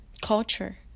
culture